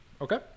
okay